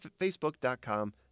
facebook.com